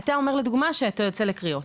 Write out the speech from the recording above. אתה אומר שאתה יוצא לקריאות,